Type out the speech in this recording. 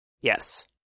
Yes